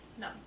No